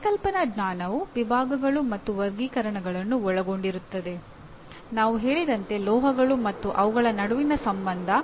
ಪರಿಕಲ್ಪನಾ ಜ್ಞಾನವು ವಿಭಾಗಗಳು ಮತ್ತು ವರ್ಗೀಕರಣಗಳನ್ನು ಒಳಗೊಂಡಿರುತ್ತದೆ ನಾವು ಹೇಳಿದಂತೆ ಲೋಹಗಳು ಮತ್ತು ಅವುಗಳ ನಡುವಿನ ಸಂಬಂಧ